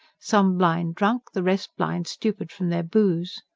some blind drunk, the rest blind stupid from their booze.